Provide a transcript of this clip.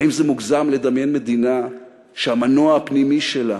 האם זה מוגזם לדמיין מדינה שהמנוע הפנימי שלה